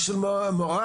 השתלחות,